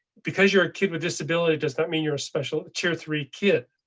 because you're a kid with disability, does not mean you're a special tier three kid.